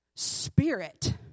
spirit